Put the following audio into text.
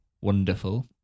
Wonderful